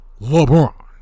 LeBron